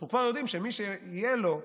אנחנו כבר יודעים שמי שיהיה לו איכשהו,